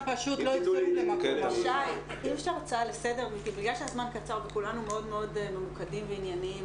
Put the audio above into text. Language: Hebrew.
בגלל שהזמן קצר וכולנו מאוד ממוקדים וענייניים.